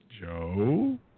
Joe